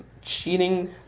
cheating